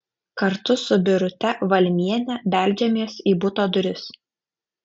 kartu su birute valmiene beldžiamės į buto duris